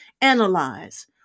analyze